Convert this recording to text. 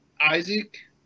isaac